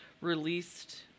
released